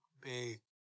big